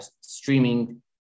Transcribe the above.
streaming